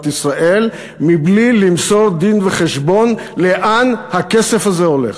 ישראל מבלי למסור דין-וחשבון לאן הכסף הזה הולך?